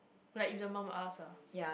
like if your mum ask ah